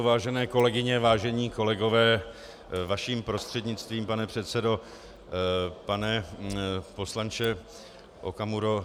Vážené kolegyně, vážení kolegové, vaším prostřednictvím, pane předsedo, poslanče Okamuro.